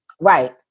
Right